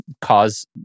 cause